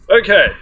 Okay